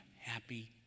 happy